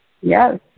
Yes